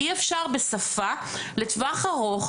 אי-אפשר בשפה לטווח ארוך,